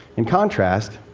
in contrast,